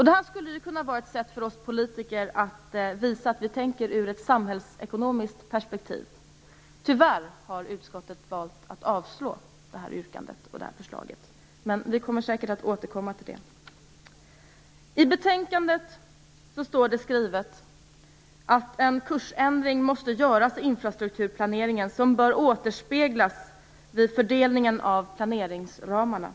Detta skulle kunna vara ett sätt för oss politiker att visa att vi tänker i ett samhällsekomiskt perspektiv. Tyvärr har utskottet valt att avslå yrkandet och förslaget. Men vi kommer säkert att återkomma till det. I betänkandet står det skrivet att en kursändring måste göras i infrastrukturplaneringen som bör återspeglas vid fördelningen av planeringsramarna.